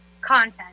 content